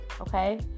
okay